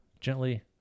Gently